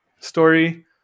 story